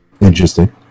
Interesting